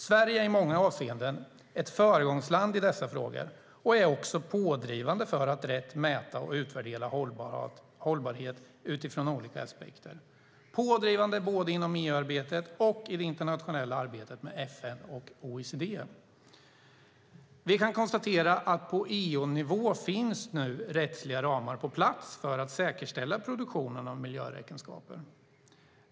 Sverige är i många avseenden ett föregångsland i dessa frågor och är också pådrivande för att rätt mäta och utvärdera hållbarhet utifrån olika aspekter. Sverige är pådrivande både inom EU-arbetet och i det internationella arbetet med FN och OECD. Vi kan konstatera att på EU-nivå finns nu rättsliga ramar på plats för att säkerställa produktionen av miljöräkenskaper.